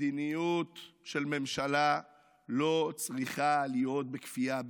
מדיניות של ממשלה לא צריכה להיות בכפייה,